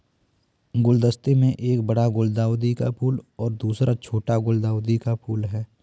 गुलदस्ते में एक बड़ा गुलदाउदी का फूल और दूसरा छोटा गुलदाउदी का फूल है